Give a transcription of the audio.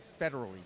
federally